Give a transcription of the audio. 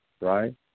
right